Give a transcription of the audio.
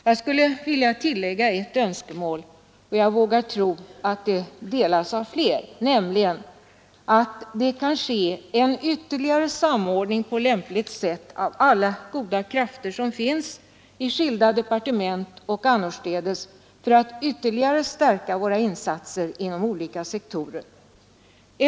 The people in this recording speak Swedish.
Jag skulle vilja tillägga ett önskemål — och jag vågar tro att andra kan instämma i det — nämligen att det kan ske en ytterligare samordning på lämpligt sätt av alla goda krafter som finns i skilda departement och annorstädes för att ytterligare stärka våra insatser inom olika sektorer.